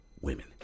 women